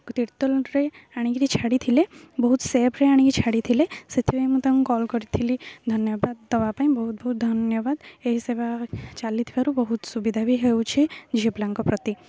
ତୀର୍ତୋଳ୍ରେ ଆଣିକିରି ଛାଡ଼ିଥିଲେ ବହୁତ ସେଫ୍ରେ ଆଣିକି ଛାଡ଼ିଥିଲେ ସେଥିପାଇଁ ମୁଁ ତାଙ୍କୁ କଲ୍ କରିଥିଲି ଧନ୍ୟବାଦ ଦେବା ପାଇଁ ବହୁତ ବହୁତ ଧନ୍ୟବାଦ ଏହି ସେବା ଚାଲିଥିବାରୁ ବହୁତ ସୁବିଧା ବି ହେଉଛି ଝିଅ ପିଲାଙ୍କ ପ୍ରତି